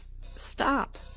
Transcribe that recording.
Stop